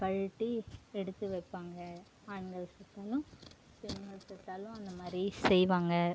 கழட்டி எடுத்து வைப்பாங்க ஆண்கள் செத்தாலும் பெண்கள் செத்தாலும் அந்த மாதிரி செய்வாங்க